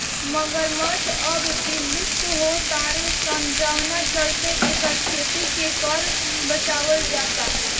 मगरमच्छ अब विलुप्त हो तारे सन जवना चलते एकर खेती के कर बचावल जाता